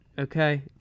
okay